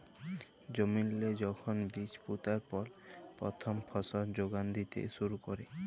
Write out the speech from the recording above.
জমিল্লে যখল বীজ পুঁতার পর পথ্থম ফসল যোগাল দ্যিতে শুরু ক্যরে